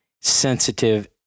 sensitive